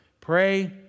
pray